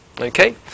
Okay